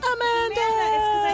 Amanda